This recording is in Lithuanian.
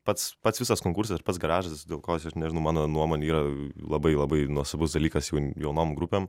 pats pats visas konkursas ir pats garažas dėl ko jis aš nežinau mano nuomone yra labai labai nuostabus dalykas jaunom grupėm